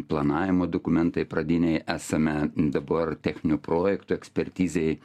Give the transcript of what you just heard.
planavimo dokumentai pradiniai esame dabar techninių projektų ekspertizėj